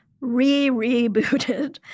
Re-rebooted